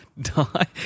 Die